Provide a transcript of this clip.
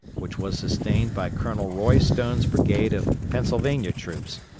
which was sustained by colonel roy stone's brigade of pennsylvania troops,